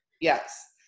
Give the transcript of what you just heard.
Yes